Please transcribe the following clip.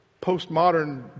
postmodern